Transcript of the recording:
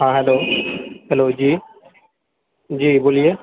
हँ hello hello जी जी बोलिए